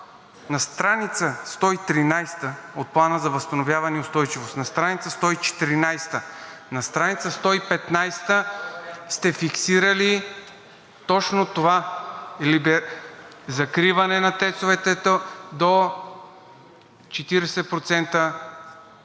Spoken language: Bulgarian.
На страница 113 от Плана за възстановяване и устойчивост, на страница 114, на страница 115 сте фиксирали точно това: закриване на ТЕЦ-овете до 40%,